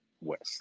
West